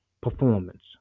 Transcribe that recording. performance